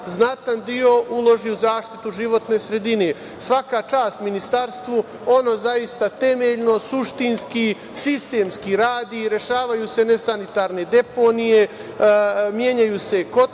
znatan deo, uloži u zaštitu životne sredine. Svaka čast ministarstvu, ono zaista temeljno, suštinski, sistemski radi, rešavaju se nesanitarne deponije, menjaju se kotlovi,